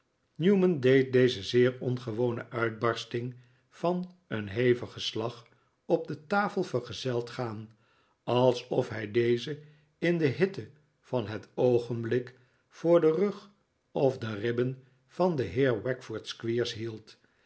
newman deed deze zeer ongewone uitbarsting van een hevigen slag op de tafel vergezeld gaan alsof hij deze in de hitte van het oogenblik voor den rug of de ribben van den heer wackford squeers hield